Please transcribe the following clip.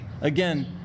again